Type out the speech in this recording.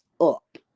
up